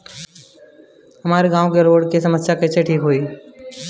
हमारा गाँव मे रोड के समस्या कइसे ठीक होई?